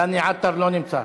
דני עטר לא נמצא.